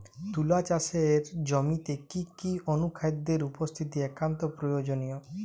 তুলা চাষের জমিতে কি কি অনুখাদ্যের উপস্থিতি একান্ত প্রয়োজনীয়?